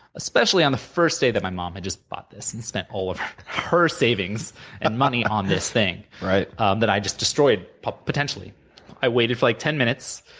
especially, on the first day that my mom had just bought this and spent all of her savings and money on this thing. right. and that i just destroyed. ah i waited for like ten minutes,